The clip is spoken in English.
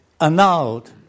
annulled